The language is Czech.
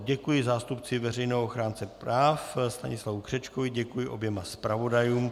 Děkuji zástupci veřejného ochránce práv Stanislavu Křečkovi, děkuji oběma zpravodajům.